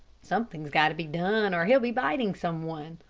something's got to be done, or he'll be biting some one.